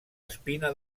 espina